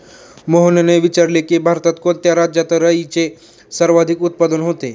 मोहनने विचारले की, भारतात कोणत्या राज्यात राईचे सर्वाधिक उत्पादन होते?